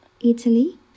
Italy